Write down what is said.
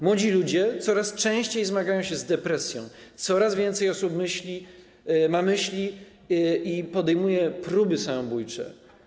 Młodzi ludzie coraz częściej zmagają się z depresją, coraz więcej osób ma myśli samobójcze i podejmuje próby samobójcze.